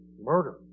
murder